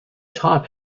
top